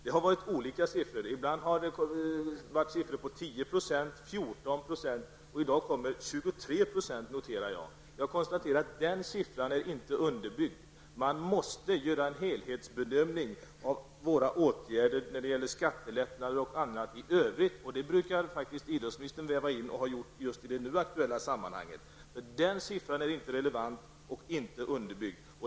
Det har varit olika siffror. Ibland har det varit siffror på 10 % och 14 %. I dag noterar jag en siffra på 23 %. Den siffran är inte underbyggd. Man måste göra en helhetsbedömning av våra åtgärder när det gäller skattelättnader och annat. Det brukar idrottsministern väva in, och det har han gjort i det nu aktuella sammanhanget. Den siffran är inte relevant och inte underbyggd.